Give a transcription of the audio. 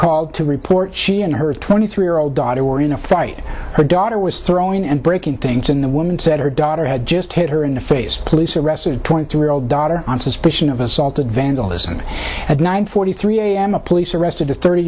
called to report she and her twenty three year old daughter were in a fight her daughter was throwing and breaking things in the woman said her daughter had just hit her in the face police arrested a twenty year old daughter on suspicion of assault of vandalism at the i'm forty three i am a police arrested a thirty